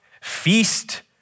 feast